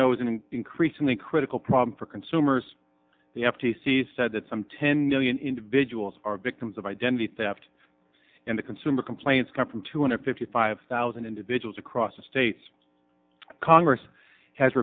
an increasingly critical problem for consumers the f t c said that some ten million individuals are victims of identity theft and the consumer complaints come from two hundred fifty five thousand individuals across the states congress has